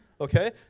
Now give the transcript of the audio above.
Okay